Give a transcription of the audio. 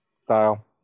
style